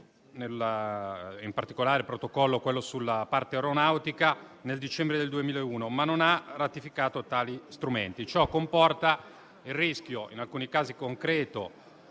in particolare il protocollo concernente la parte aeronautica, nel dicembre 2001, ma non ha ratificato tali strumenti. Ciò comporta il rischio - in alcuni casi concreto,